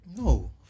No